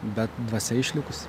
bet dvasia išlikusi